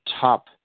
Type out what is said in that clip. top